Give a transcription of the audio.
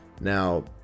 Now